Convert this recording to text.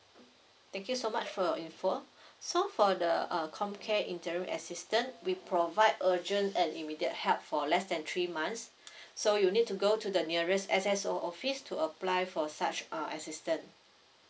thank you so much for your info so for the uh comcare interim assistance we provide urgent and immediate help for less than three months so you need to go to the nearest S_S_O office to apply for such uh assistance